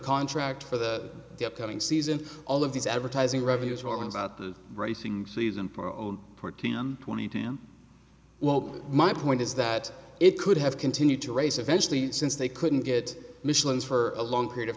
contract for the upcoming season all of these advertising revenue talking about the racing season for own fourteen twenty well my point is that it could have continued to race eventually since they couldn't get michelin's for a long period of